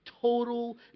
total